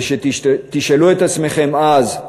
וכשתשאלו את עצמכם אז: